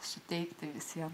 suteikti visiems